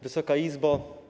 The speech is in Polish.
Wysoka Izbo!